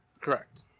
Correct